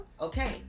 Okay